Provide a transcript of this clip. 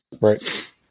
Right